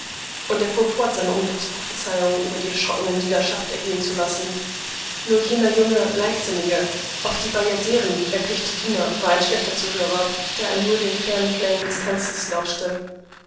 und er fuhr fort seine unglücksprophezeiungen über die erschrockene dienerschaft ergehen zu lassen nur jener junge leichtsinnige auf die bajaderen erpichte diener war ein schlechter zuhörer da er nur den fernen klängen des tanzes lauschte